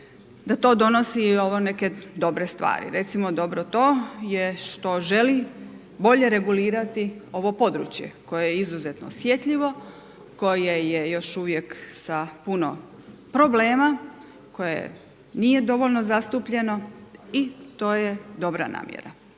da to donosi neke dobre stvari, recimo dobro to je što želi bolje regulirati ovo područje koje je izuzetno osjetljivo, koje je još uvijek sa puno problema, koje nije dovoljno zastupljeno i to je dobra namjera.